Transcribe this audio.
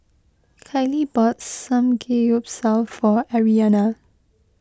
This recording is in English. Kailee bought Samgeyopsal for Aryanna